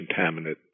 contaminant